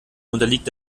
unterliegt